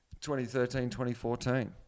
2013-2014